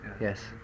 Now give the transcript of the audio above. yes